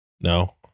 No